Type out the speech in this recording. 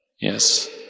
yes